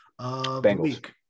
Bengals